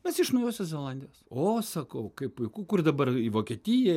mes iš naujosios zelandijos o sakau kaip puiku kur dabar į vokietiją